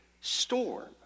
storm